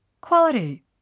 Quality